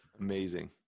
amazing